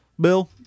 Bill